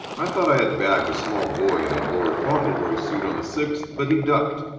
i thought i had bagged a small boy in a lord fauntleroy suit on the sixth, but he ducked.